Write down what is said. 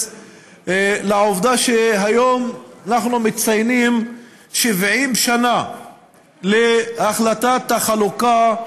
לעובדה שהיום אנחנו מציינים 70 שנה להחלטת החלוקה,